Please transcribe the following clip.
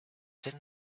then